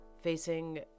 facing